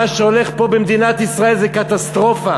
מה שהולך פה במדינת ישראל זה קטסטרופה.